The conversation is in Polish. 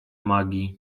magii